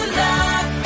love